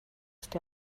ist